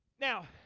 Now